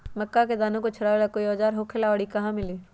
मक्का के दाना छोराबेला कोई औजार होखेला का और इ कहा मिली?